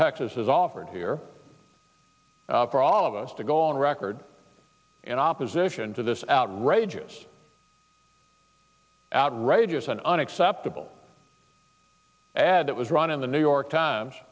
texas has offered here for all of us to go on record in opposition to this outrageous outrageous and unacceptable ad that was run in the new york times